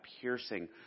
piercing